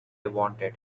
wanted